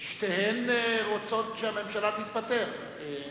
שתיהן רוצות שהממשלה תתפטר, כן.